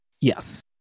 yes